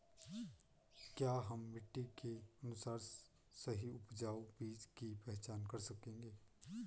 क्या हम मिट्टी के अनुसार सही उपजाऊ बीज की पहचान कर सकेंगे?